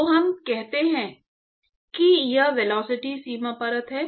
तो हम कहते हैं कि यह वेलोसिटी सीमा परत है